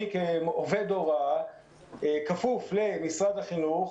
אני כעובד הוראה הכפוף למשרד החינוך,